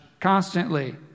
constantly